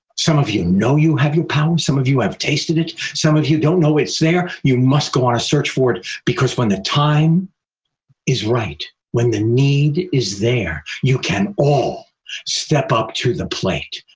some of you know you have your power, some of you have tasted it, some of you don't know it's there. you must go on a search for it because when the time is right, when the need is there, you can all step up to the plate.